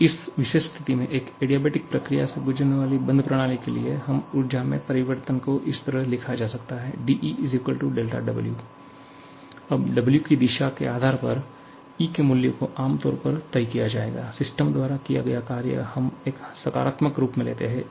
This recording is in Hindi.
तो इस विशेष स्थिति में एक एडियाबेटिक प्रक्रिया से गुजरने वाली बंद प्रणाली के लिए इस ऊर्जा में परिवर्तन को इस तरह लिखा जाता है dE δW अब W की दिशा के आधार पर E के मूल्य को आम तौर पर तय किया जाएगा सिस्टम द्वारा किया गया कार्य हम एक सकारात्मक रूप में लेते हैं